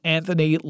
Anthony